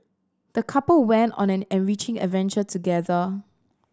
the couple went on an enriching adventure together